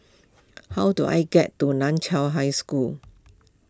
how do I get to Nan Chiau High School